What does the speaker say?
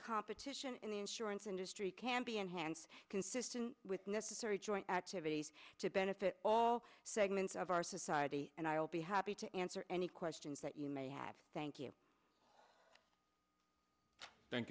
competition in the insurance industry can be enhanced consistent with necessary joint activities to benefit all segments of our society and i will be happy to answer any questions that you may have thank you thank